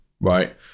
right